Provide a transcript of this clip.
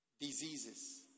diseases